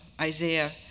Isaiah